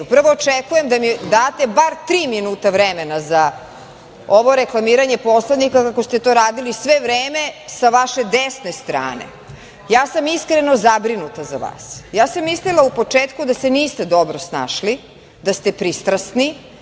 očekujem da mi date bar tri minuta vremena za ovo reklamiranje Poslanika kako ste to radili svo vreme sa vaše desne strane. Ja sam iskreno zabrinuta za vas. Ja sam mislila u početku da se niste dobro snašli, da ste pristrasni,